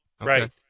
Right